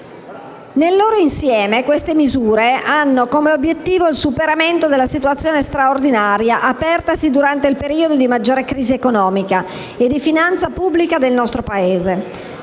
Nel loro insieme, tali misure hanno come obiettivo il superamento della situazione straordinaria apertasi durante il periodo di maggiore crisi economica e di finanza pubblica del nostro Paese,